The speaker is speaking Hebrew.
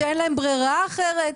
שאין להם ברירה אחרת.